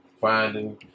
finding